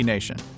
Nation